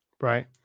Right